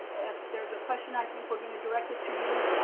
if there's a question, i think we're gonna direct it to you,